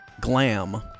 Glam